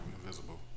invisible